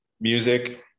Music